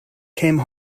came